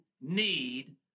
need